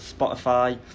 Spotify